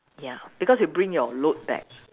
ya because you bring your load back